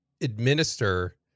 administer